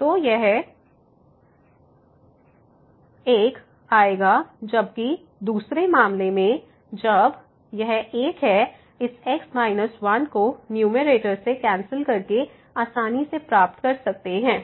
तो sin x 1 ⁡ 1 आएगा जबकि दूसरे मामले में जब x2 1x 1 यह 1 इस x 1 को न्यूमैरेटर से कैंसिल करके आसानी से प्राप्त कर सकते हैं